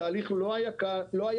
התהליך לא היה קצר,